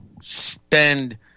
spend